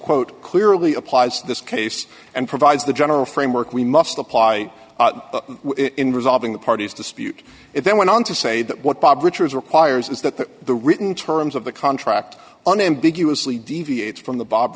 quote clearly applies to this case and provides the general framework we must apply in resolving the parties dispute it then went on to say that what bob richards requires is that the written terms of the contract unambiguously deviates from the bob